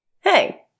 Hey